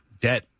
debt